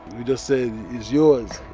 you just say it's yours.